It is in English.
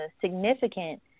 significant